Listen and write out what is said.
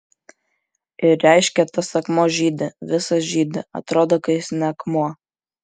ir reiškia tas akmuo žydi visas žydi atrodo kad jis ne akmuo